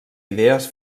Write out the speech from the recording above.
idees